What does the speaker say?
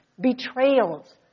betrayals